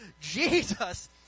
Jesus